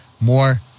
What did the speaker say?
more